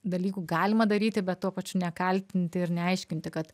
dalykų galima daryti bet tuo pačiu nekaltinti ir neaiškinti kad